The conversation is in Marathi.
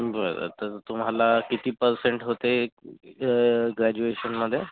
बरं तर तुम्हाला किती परसेंट होते ग्रेजुएशनमध्ये